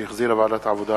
שהחזירה ועדת העבודה,